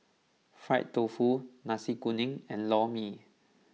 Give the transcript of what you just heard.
Fried Tofu Nasi Kuning and Lor Mee